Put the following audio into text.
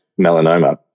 melanoma